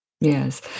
yes